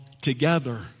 together